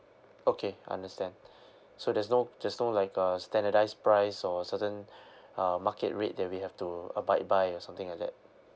okay understand so there's no there's no like uh standardised price or certain uh market rate that we have to abide by or something like that